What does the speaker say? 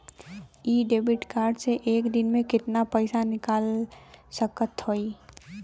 इ debit card से एक दिन मे कितना पैसा निकाल सकत हई?